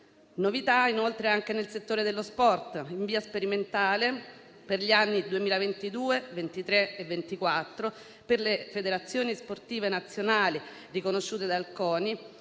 Novità, inoltre, ci sono anche nel settore dello sport. In via sperimentale, per gli anni 2022, 2023 e 2024, per le federazioni sportive nazionali riconosciute dal CONI